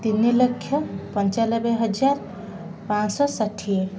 ତିନି ଲକ୍ଷ ପଞ୍ଚାନବେ ହଜାର ପାଞ୍ଚ ଶହ ଷାଠିଏ